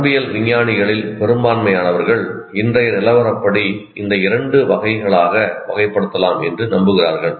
நரம்பியல் விஞ்ஞானிகளில் பெரும்பான்மையானவர்கள் இன்றைய நிலவரப்படி இந்த இரண்டு வகைகளாக வகைப்படுத்தலாம் என்று நம்புகிறார்கள்